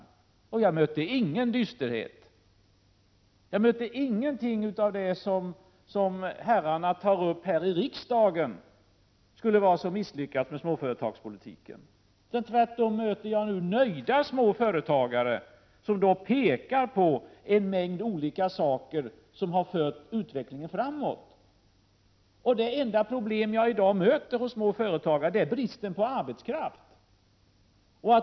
Jag 53 möter ingen dysterhet. Jag möter ingenting av det som herrarna säger skulle vara som misslyckat i småföretagspolitiken. Tvärtom möter jag nöjda småföretagare, som pekar på en mängd saker som fört utvecklingen framåt. Det enda problem jag i dag möter hos småföretagare är bristen på arbetskraft.